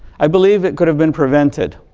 i believe it could have been prevented.